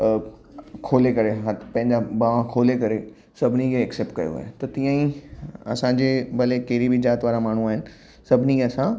अ ख़ोले करे हथ पंहिंजा ॿांहं खोले करे सभिनी खे एक्सेप्ट कयो आहे त तीअं ई असांजे भले कहिड़ी बि ज़ात वारा माण्हू आहिनि सभिनी खे असां